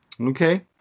Okay